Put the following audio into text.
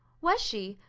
was she?